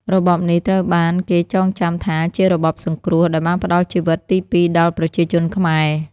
របបនេះត្រូវបានគេចងចាំថាជា "របបសង្គ្រោះ" ដែលបានផ្ដល់ជីវិតទីពីរដល់ប្រជាជនខ្មែរ។